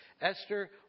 Esther